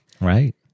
Right